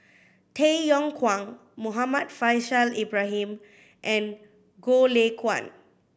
Tay Yong Kwang Muhammad Faishal Ibrahim and Goh Lay Kuan